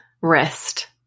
rest